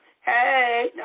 Hey